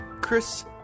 chris